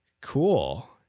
Cool